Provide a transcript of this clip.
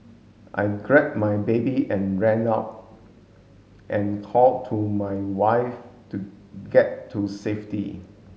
I grabbed my baby and ran out and called to my wife to get to safety